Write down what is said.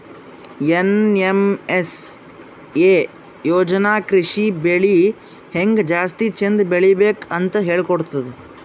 NMSA ಯೋಜನಾ ಕೃಷಿ ಬೆಳಿ ಹೆಂಗ್ ಜಾಸ್ತಿ ಚಂದ್ ಬೆಳಿಬೇಕ್ ಅಂತ್ ಹೇಳ್ಕೊಡ್ತದ್